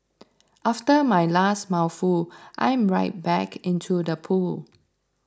after my last mouthful I'm right back into the pool